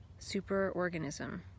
superorganism